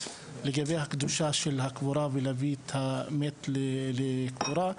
לגבי הקדושה של הקבורה ולהביא את המת לקבורה.